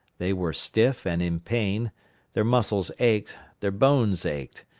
they were stiff and in pain their muscles ached, their bones ached,